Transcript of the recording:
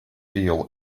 feel